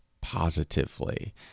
positively